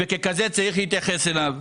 ככזה צריך להתייחס אליו.